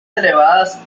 elevadas